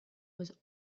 was